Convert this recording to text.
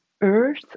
earth